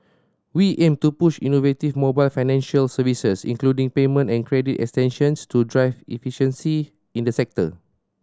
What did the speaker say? we aim to push innovative mobile financial services including payment and credit extensions to drive efficiency in the sector